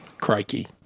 crikey